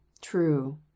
true